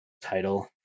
title